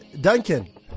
duncan